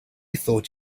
thought